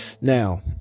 Now